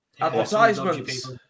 advertisements